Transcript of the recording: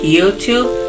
YouTube